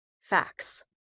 facts